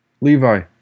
Levi